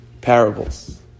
Parables